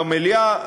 במליאה,